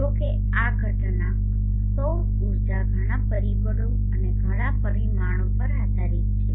જો કે આ ઘટના સૌર ઉર્જા ઘણા પરિબળો અને ઘણા પરિમાણો પર આધારિત છે